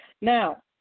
Now